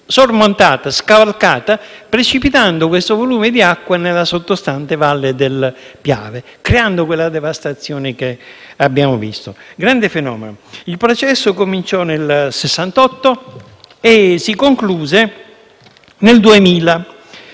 sormontata e scavalcata. Questo volume di acqua precipitò nella sottostante Valle del Piave, creando quella devastazione che abbiamo visto; grande fenomeno. Il processo cominciò nel 1968 e si concluse nel 2000.